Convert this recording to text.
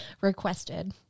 requested